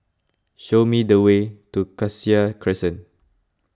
show me the way to Cassia Crescent